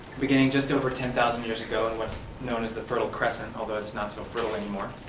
beginning just over ten thousand years ago in what's known as the fertile crescent although it's not so fertile anymore